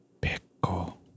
pickle